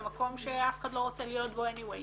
למקום שאף אחד לא רוצה להיות בו בכל מקרה.